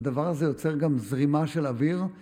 דבר הזה יוצר גם זרימה של אוויר.